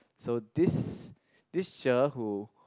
so this this teacher who